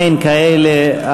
אין כאלה.